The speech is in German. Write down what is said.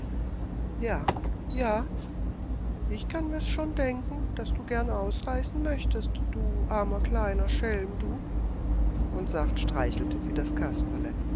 ja ja die frau lehrerin nickte ich kann mir's schon denken daß du gern ausreißen möchtest du armer kleiner schelm du und sacht streichelte sie das kasperle